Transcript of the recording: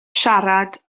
siarad